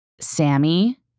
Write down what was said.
Sammy